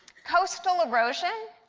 coastal erosion